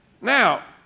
Now